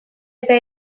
eta